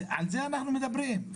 על זה אנחנו מדברים.